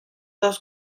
dos